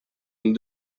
une